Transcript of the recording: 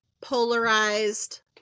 polarized